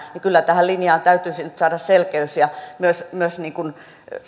niin kyllä tähän linjaan täytyisi nyt saada selkeys ja myös myös